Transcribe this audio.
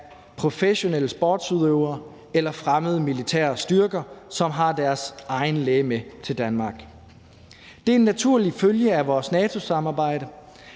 professionelle sportsudøvere eller fremmede militære styrker, som har deres egen læge med til Danmark. Det er en naturlig følge af vores NATO-samarbejde,